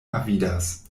avidas